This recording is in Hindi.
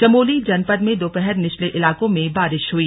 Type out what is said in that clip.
चमोली जनपद में दोपहर निचले इलाकों में बारिश हुई